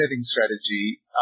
strategy